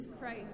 Christ